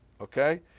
okay